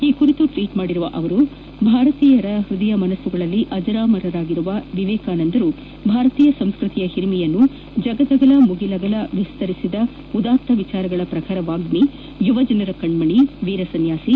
ಈ ಬಗ್ಗೆ ಟ್ವಟ್ ಮಾಡಿರುವ ಅವರು ಭಾರತೀಯರ ಹೃನ್ಣನದಲ್ಲಿ ಅಜರಾಮರರಾಗಿರುವ ವಿವೇಕಾನಂದರು ಭಾರತೀಯ ಸಂಸ್ಕೃತಿಯ ಹಿರಿಮೆಯನ್ನು ಜಗದಗಲ ಮುಗಿಲಗಲ ವಿಸ್ತರಿಸಿದ ಉದಾತ್ತ ವಿಚಾರಗಳ ಪ್ರಖರ ವಾಗ್ಹಿ ಯುವಜನರ ಕಣ್ಮಣಿ ವೀರ ಸನ್ಮಾಸಿ